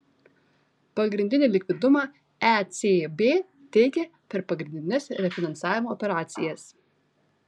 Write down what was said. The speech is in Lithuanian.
pagrindinį likvidumą ecb teikia per pagrindines refinansavimo operacijas